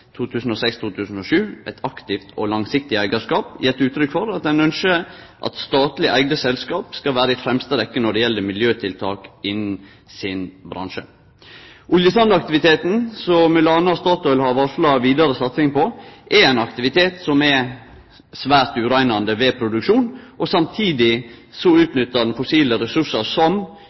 aktivt og langsiktig eierskap, gitt uttrykk for at den ønsker at statlig eide selskaper skal være i fremste rekke når det gjelder miljøtiltak innen sin bransje.» Oljesandaktiviteten, som m.a. Statoil har varsla vidare satsing på, er ein aktivitet som fører til særleg ureining ved produksjon, samtidig som den utnyttar fossile ressursar som,